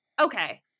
okay